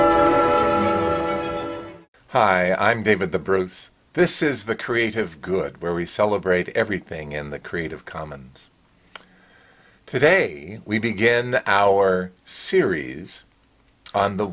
the hi i'm david the bruce this is the creative good where we celebrate everything and the creative commons today we began our series on the